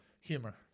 humor